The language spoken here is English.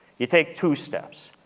you take two steps,